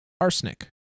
arsenic